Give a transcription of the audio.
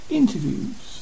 interviews